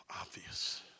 obvious